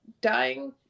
dying